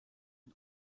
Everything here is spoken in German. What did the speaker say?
und